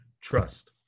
trust